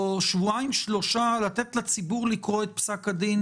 או שבועיים שלושה לתת לציבור לקרוא את פסק הדין